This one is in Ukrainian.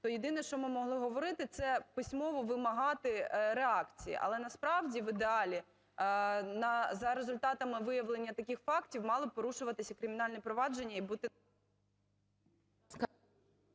то єдине, що ми могли говорити, це письмово вимагати реакції. Але насправді в ідеалі за результатами виявлення таких фактів мали б порушуватися кримінальні провадження і бути…